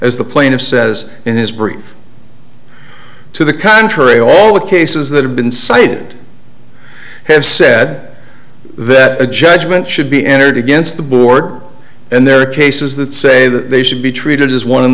as the plaintiff says in his brief to the contrary all the cases that have been cited have said that a judgment should be entered against the board and there are cases that say that they should be treated as one in